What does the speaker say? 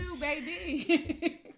baby